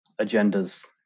agendas